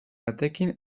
batekin